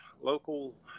local